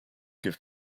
give